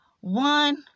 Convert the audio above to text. One